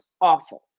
awful